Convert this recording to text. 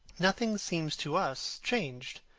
nothing seems to us changed.